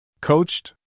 Coached